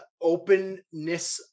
openness